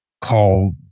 call